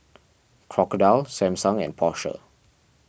Crocodile Samsung and Porsche